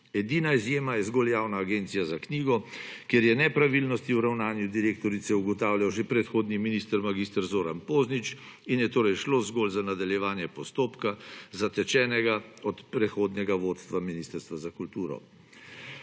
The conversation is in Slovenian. Edina izjema je zgolj Javna agencija za knjigo, kjer je nepravilnosti o ravnanju direktorice ugotavljal že predhodni minister mag. Zoran Poznič in je šlo zgolj za nadaljevanje postopka, zatečenega od predhodnega vodstva Ministrstva za kulturo.